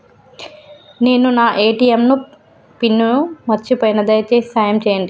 నేను నా ATM pin మర్చిపోయిన, దయచేసి సాయం చేయండి